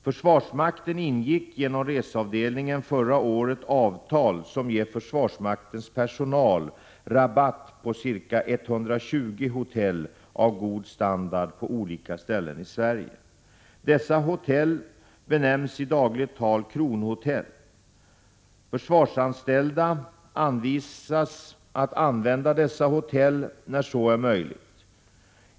Försvarsmakten ingick genom reseavdelningen förra året avtal, som ger försvarsmaktens personal rabatt på ca 120 hotell av god standard på olika ställen i Sverige. Dessa hotell benämns i dagligt tal ”Kronhotell”. Försvarsanställda anvisas att använda dessa hotell när så är möjligt.